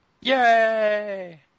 Yay